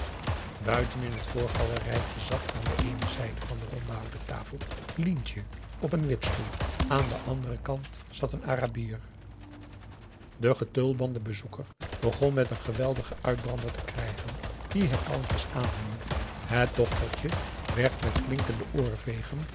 buiten in het voorgalerijtje zat aan de eene zijde van de ronde houten tafel lientje op een wipstoel aan den anderen kant zat een arabier de getulbande bezoeker begon met een geweldigen uitbrander te krijgen dien hij kalmpjes aanhoorde het dochtertje werd met klinkende oorvegen